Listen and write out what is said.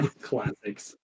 classics